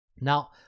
now